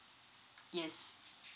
yes